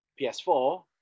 PS4